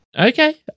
Okay